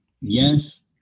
yes